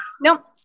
Nope